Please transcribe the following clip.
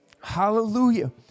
Hallelujah